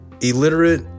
illiterate